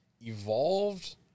evolved